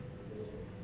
mm